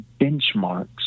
benchmarks